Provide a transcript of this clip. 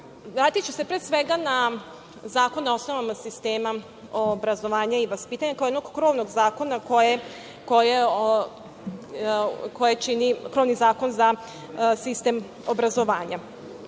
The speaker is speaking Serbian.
se, pre svega, na Zakon o osnovama sistema obrazovanja i vaspitanja kao jednog krovnog zakona koje čini krovni zakon za sistem obrazovanja.